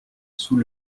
sous